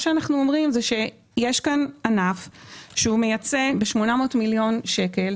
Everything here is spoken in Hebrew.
יש כאן ענף שמייצא ב-800 מיליון שקל.